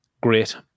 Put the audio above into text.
Great